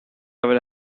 will